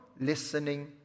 listening